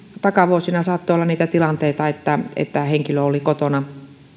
takavuosina saattoi olla niitä tilanteita että että henkilö oli kotona